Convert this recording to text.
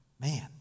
man